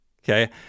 Okay